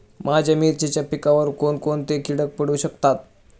माझ्या मिरचीच्या पिकावर कोण कोणते कीटक पडू शकतात?